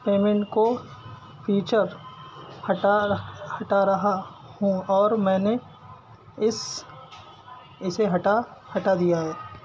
payment کو feature ہٹا ہٹا رہا ہوں اور میں نے اس اسے ہٹا ہٹا دیا ہے